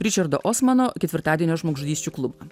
ričardo osmano ketvirtadienio žmogžudysčių klubą